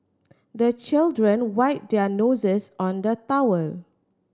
the children wipe their noses on the towel